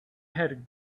had